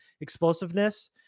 explosiveness